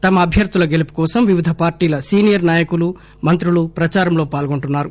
తమ అభ్యర్దుల గెలుపు కోసం వివిధ పార్టీల సీనియర్ నాయకులు మంత్రులు ప్రదారంలో పాల్గొంటున్నారు